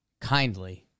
kindly